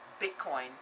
Bitcoin